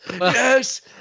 Yes